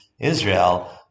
Israel